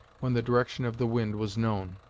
when the direction of the wind was known.